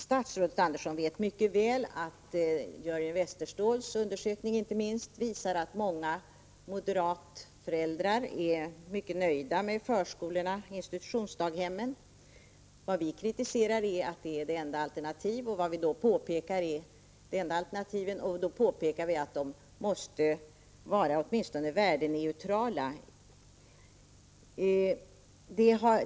Statsrådet Andersson vet mycket väl att Jörgen Westerståhls undersökning inte minst visar att många moderata föräldrar är mycket nöjda med förskolorna och institutionsdaghemmen. Vad vi kritiserar är att de är enda alternativen, och vi påpekar att de åtminstone skall vara värdeneutrala.